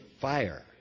fire